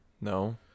No